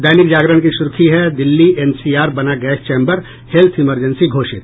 दैनिक जागरण की सुर्खी है दिल्ली एनसीआर बना गैस चैम्बर हेत्थ इमरजेंसी घोषित